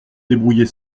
débrouiller